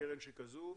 לקרן שכזו.